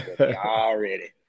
already